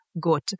good